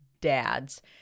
dads